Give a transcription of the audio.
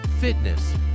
fitness